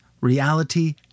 reality